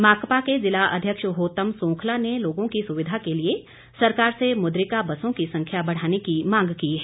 माकपा के जिला अध्यक्ष होतम सोंखला ने लोगों की सुविधा के लिए सरकार से मुद्रिका बसों की संख्या बढ़ाने की मांग की है